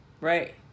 right